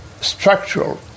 structural